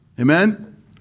Amen